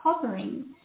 covering